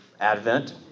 Advent